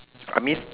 I mean